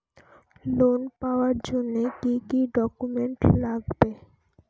Loan পাওয়ার জন্যে কি কি ডকুমেন্ট লাগবে?